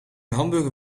hamburger